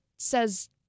says